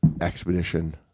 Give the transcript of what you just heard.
expedition